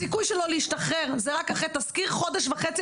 הסיכוי שלו להשתחרר הוא רק אחרי תזכיר חודש וחצי.